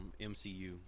MCU